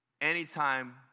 anytime